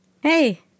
Hey